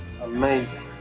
Amazing